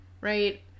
Right